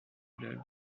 order